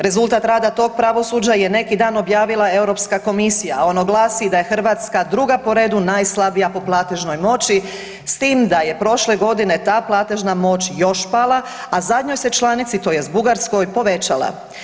Rezultat rada tog pravosuđa je neki dan objavila Europska komisija, a ono glasi da je Hrvatska druga po redu najslabija po platežnoj moći s tim da je prošle godine ta platežna moć još pala, a zadnjoj se članici tj. Bugarskoj povećala.